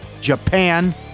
Japan